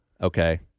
okay